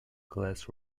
class